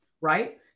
right